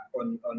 on